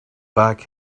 back